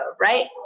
right